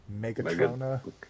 Megatrona